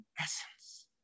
essence